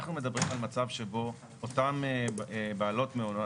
אנחנו מדברים על מצב שבו אותן בעלות מעונות